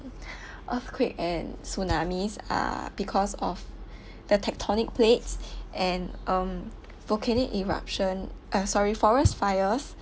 earthquakes and tsunamis are because of the tectonic plates and um volcanic eruption uh sorry forest fires